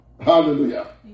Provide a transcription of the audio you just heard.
Hallelujah